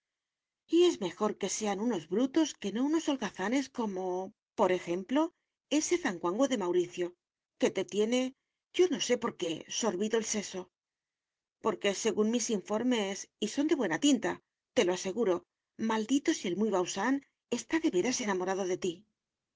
y es mejor que sean unos brutos que no unos holgazanes como por ejemplo ese zanguango de mauricio que te tiene yo no sé por qué sorbido el seso porque según mis informes y son de buena tinta te lo aseguro maldito si el muy bausán está de veras enamorado de ti